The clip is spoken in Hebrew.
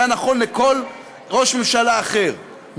זה היה נכון לכל ראש ממשלה אחר,